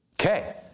Okay